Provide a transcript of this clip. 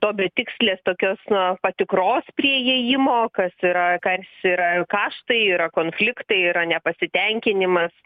to betikslės tokios na patikros prie įėjimo kas yra tarsi yra kaštai yra konfliktai yra nepasitenkinimas